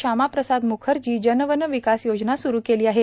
शामाप्रसाद मुखर्जा जन वन विकास योजना सुरु केला आहे